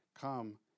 come